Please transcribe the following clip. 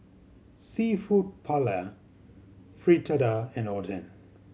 Seafood Paella Fritada and Oden